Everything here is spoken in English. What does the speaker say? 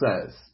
says